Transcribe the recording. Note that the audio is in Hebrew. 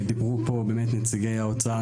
דיברו פה נציגי האוצר,